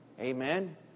Amen